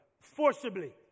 forcibly